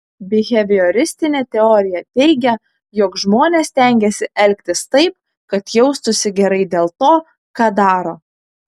bihevioristinė teorija teigia jog žmonės stengiasi elgtis taip kad jaustųsi gerai dėl to ką daro